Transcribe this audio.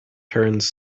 turns